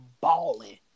balling